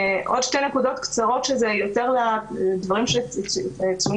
עוד שתי נקודות קצרות שמתייחסות יותר לדברים שצוינו